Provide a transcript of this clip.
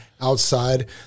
outside